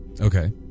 Okay